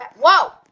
whoa